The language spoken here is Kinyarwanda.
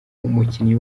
umukinyi